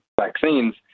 vaccines